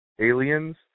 aliens